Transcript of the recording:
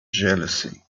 jealousy